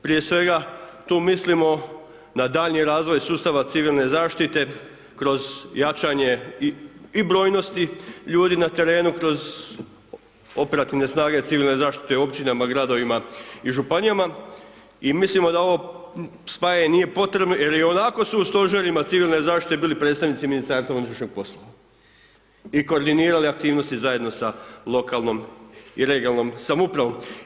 Prije svega tu mislimo na daljnji razvoj sustava civilne zaštite kroz jačanje i brojnosti ljudi na terenu kroz operativne snage civilne zaštite u općinama, gradovima i županija i mislimo da ovo spajanje nije potrebno jer i onako su u stožerima civilne zaštite bili predstavnici MUP-a i koordinirali aktivnosti zajedno sa lokalnom i regionalnom samoupravom.